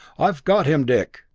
i've got him, dick!